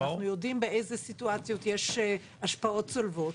אנחנו יודעים באיזה סיטואציות יש השפעות צולבות.